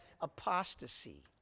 apostasy